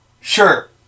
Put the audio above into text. sure